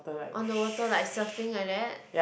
on the water like surfing like that